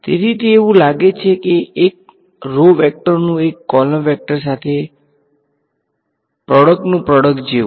તેથી તે એવુ લાગે છે કે એક રો વેક્ટર નુ એક કોલમ વેક્ટર સાથે પ્રોડક્ટ નુ પ્રોડક્ટ જેવુ